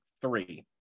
Three